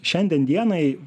šiandien dienai